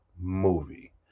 movie